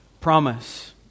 promise